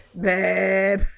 babe